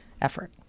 effort